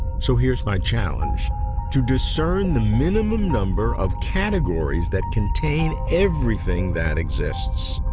so here's my challenge to discern the minimum number of categories that contain everything that exists.